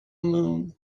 moon